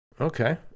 Okay